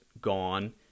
gone